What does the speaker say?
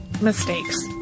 mistakes